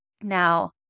Now